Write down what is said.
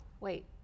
Wait